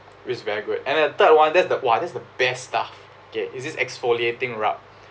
it's very good and the third one that's the !wah! that's the best stuff okay it's this exfoliating rub